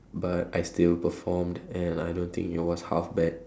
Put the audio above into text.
but I still performed and I don't think it was half bad